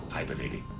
hibernating.